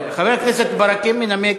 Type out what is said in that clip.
חבר הכנסת ברכה מנמק